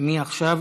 מי עכשיו?